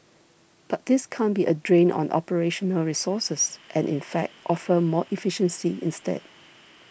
but this can't be a drain on operational resources and in fact offer more efficiency instead